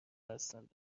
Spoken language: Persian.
هستند